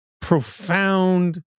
profound